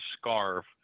scarf